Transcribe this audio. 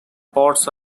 pods